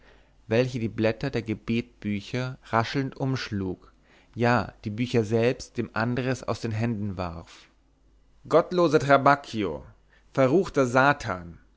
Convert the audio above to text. welche die blätter der gebetbücher raschelnd umschlug ja die bücher selbst dem andres aus den händen warf gottloser trabacchio verruchter satan